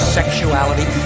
sexuality